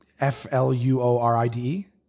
f-l-u-o-r-i-d-e